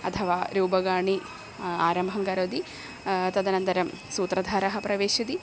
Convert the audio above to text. अथवा रूपकाणि आरम्भं करोति तदनन्तरं सूत्रधारः प्रविशति